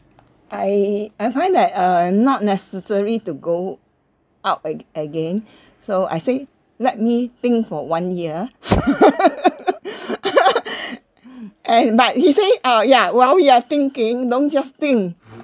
I I find that uh not necessary to go out a~ again so I think let me think for one year and but he say oh ya while you are thinking don't just think